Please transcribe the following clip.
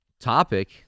topic